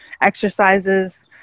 exercises